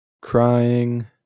crying